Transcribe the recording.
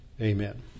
Amen